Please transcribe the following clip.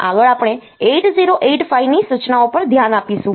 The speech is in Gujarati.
આગળ આપણે 8085 ની સૂચનાઓ પર ધ્યાન આપીશું